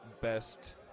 best